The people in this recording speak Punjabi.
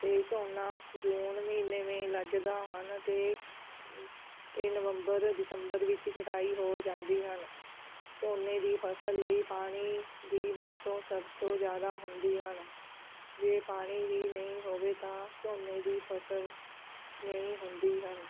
ਅਤੇ ਝੋਨੇ ਜੂਨ ਮਹੀਨੇ ਮੇ ਲਗਦਾ ਹਨ ਅਤੇ ਅਤੇ ਨਵੰਬਰ ਦਸੰਬਰ ਵਿੱਚ ਗਡਾਈ ਹੋ ਜਾਂਦੀ ਹਨ ਝੋਨੇ ਦੀ ਫਸਲ ਲਈ ਪਾਣੀ ਦੀ ਵਰਤੋਂ ਸਭ ਤੋਂ ਜ਼ਿਆਦਾ ਹੁੰਦੀ ਹਨ ਜੇ ਪਾਣੀ ਹੀ ਨਹੀਂ ਹੋਵੇ ਤਾਂ ਝੋਨੇ ਦੀ ਫਸਲ ਨਹੀਂ ਹੁੰਦੀ ਹਨ